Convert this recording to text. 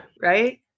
Right